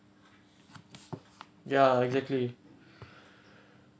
ya exactly